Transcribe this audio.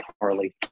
Harley